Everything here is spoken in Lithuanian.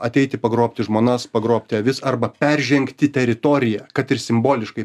ateiti pagrobti žmonas pagrobti avis arba peržengti teritoriją kad ir simboliškai